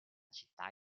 città